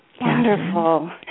Wonderful